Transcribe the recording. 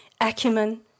acumen